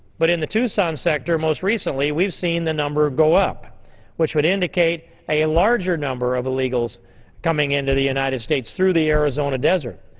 but in the tucson sector, most recently, we've seen the number go up which would indicate a larger number of illegals coming into the united states through the arizona desert.